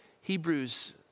Hebrews